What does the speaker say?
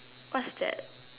what's that